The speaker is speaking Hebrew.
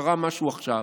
שקרה משהו עכשיו,